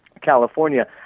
California